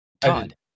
Todd